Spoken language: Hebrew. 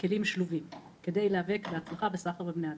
שלובים כדי להיאבק בהצלחה בסחר בבני אדם.